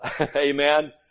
amen